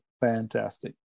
fantastic